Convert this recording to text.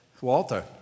Walter